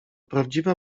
prawdziwa